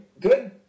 good